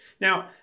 Now